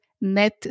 net